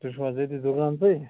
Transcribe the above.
تُہۍ چھُو حظ أتی دُکانسٕے